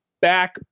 back